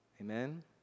Amen